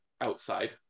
outside